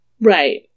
Right